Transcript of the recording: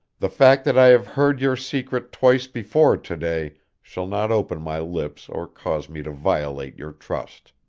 the fact that i have heard your secret twice before to-day shall not open my lips or cause me to violate your trust.